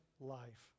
life